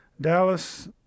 Dallas